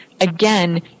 Again